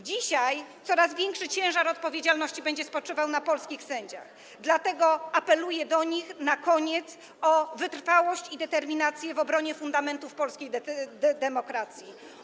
Dzisiaj coraz większy ciężar odpowiedzialności będzie spoczywał na polskich sędziach, dlatego apeluję do nich - na koniec - o wytrwałość i determinację w obronie fundamentów polskiej demokracji.